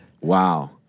Wow